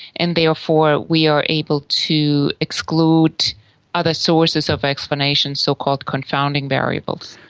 and therefore we are able to exclude other sources of explanation, so-called confounding variables.